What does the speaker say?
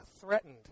threatened